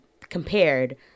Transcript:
compared